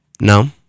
No